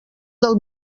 del